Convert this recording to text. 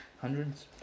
hundreds